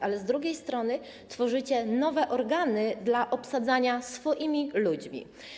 Ale z drugiej strony tworzycie nowe organy w celu obsadzania swoimi ludźmi.